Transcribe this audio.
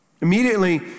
Immediately